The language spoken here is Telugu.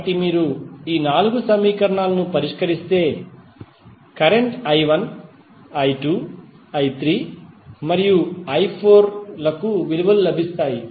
కాబట్టి మీరు ఈ నాలుగు సమీకరణాలను పరిష్కరిస్తే కరెంట్ i1 i2 i3 మరియు i4 లకు విలువలు లభిస్తాయి